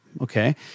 Okay